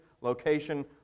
location